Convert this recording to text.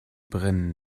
brennen